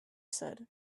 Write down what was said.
said